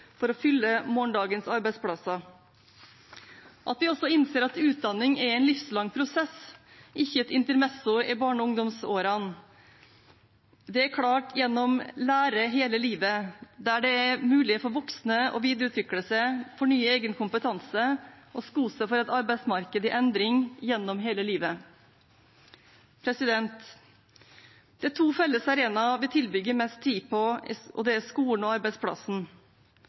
for å fylle morgendagens arbeidsplasser. Vi innser også at utdanning er en livslang prosess, ikke et intermesso i barne- og ungdomsårene. Det er klart gjennom Lære hele livet, der det er mulig for voksne å videreutvikle seg, fornye egen kompetanse og sko seg for et arbeidsmarked i endring gjennom hele livet. De to felles arenaene vi tilbringer mest tid på, er skolen og arbeidsplassen.